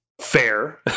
fair